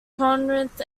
corinth